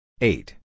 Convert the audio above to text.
eight